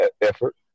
effort